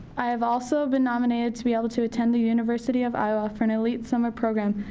i have also been nominated to be able to attend the university of iowa for an elite summer program,